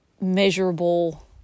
measurable